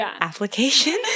application